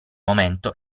momento